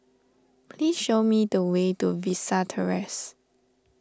please show me the way to Vista Terrace